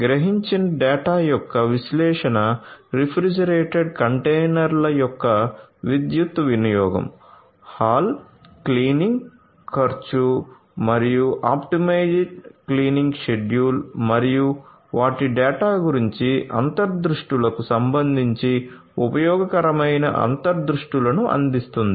గ్రహించిన డేటా యొక్క విశ్లేషణ రిఫ్రిజిరేటెడ్ కంటైనర్ల యొక్క విద్యుత్ వినియోగం హల్ క్లీనింగ్ ఖర్చు మరియు ఆప్టిమైజ్డ్ క్లీనింగ్ షెడ్యూల్ మరియు వాటి డేటా గురించి అంతర్దృష్టులకు సంబంధించి ఉపయోగకరమైన అంతర్దృష్టులను అందిస్తుంది